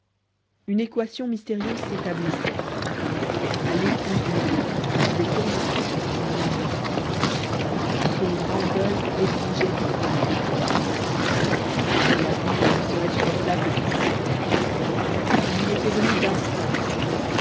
une équation mystérieuse s'établissait à l'épouse morte devait correspondre une ville morte son grand deuil exigeait un tel décor la vie ne lui serait supportable qu'ici il y était venu d'instinct